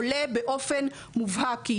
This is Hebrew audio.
עולה באופן מובהק,